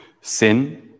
sin